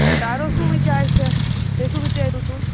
તો તારો શું વિચાર છે તેં શું વિચાર્યું હતું